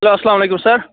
hello اَسلام علیکُم سَر